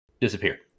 disappear